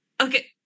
okay